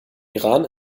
iran